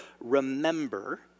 remember